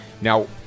Now